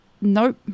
nope